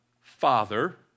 Father